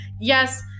yes